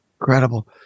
Incredible